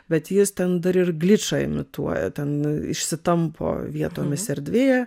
bet jis ten dar ir gličą imituoja ten išsitampo vietomis erdvėje